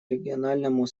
региональному